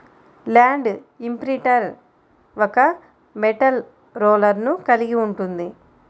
land imprinter ఒక metal రోలర్ను కలిగి ఉంటుంది